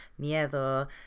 miedo